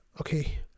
okay